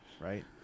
right –